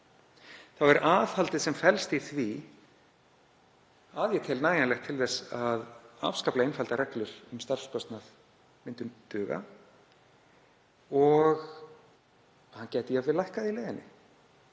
birtir. Aðhaldið sem felst í því tel ég að sé nægjanlegt til þess að afskaplega einfaldar reglur um starfskostnað myndu duga og hann gæti jafnvel lækkað í leiðinni